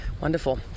Wonderful